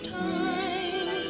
time